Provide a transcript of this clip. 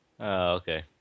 okay